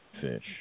fish